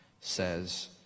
says